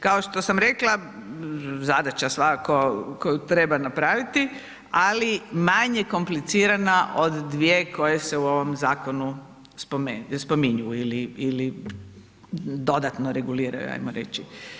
Kao što sam rekla, zadaća svakako treba napraviti, ali manje komplicirana od dvije koje se u ovom zakonu spominju ili dodatno reguliraju, hajmo reći.